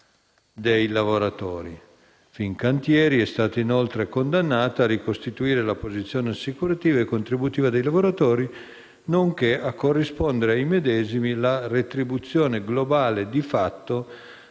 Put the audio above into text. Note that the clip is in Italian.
dei lavoratori. Fincantieri SpA è stata inoltre condannata a ricostituire la posizione assicurativa e contributiva dei lavoratori, nonché a corrispondere ai medesimi la retribuzione globale di fatto